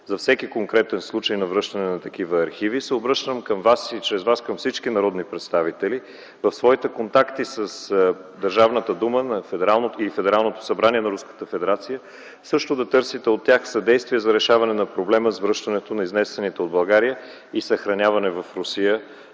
За всеки конкретен случай на връщане на такива архиви, се обръщам към Вас и чрез Вас към всички народни представители в своите контакти с Държавната дума и Федералното събрание на Руската федерация също да търсите от тях съдействие за решаване на проблема с връщането на изнесените от България и съхранявани в Русия